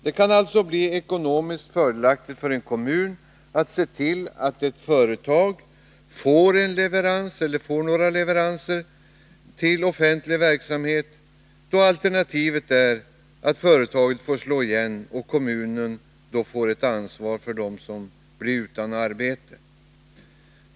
Det kan alltså bli ekonomiskt fördelaktigt för en kommun att se till att ett företag får några leveranser till offentlig verksamhet då alternativet är att företaget får slå igen och kommunen får ta ett ansvar för den som blir arbetslös.